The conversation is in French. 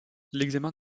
l’examen